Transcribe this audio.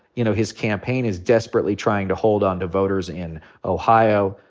you know, his campaign is desperately trying to hold on to voters in ohio,